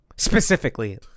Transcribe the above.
Specifically